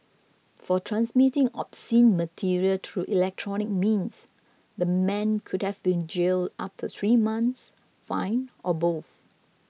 for transmitting obscene material through electronic means the man could have been jailed up to three months fined or both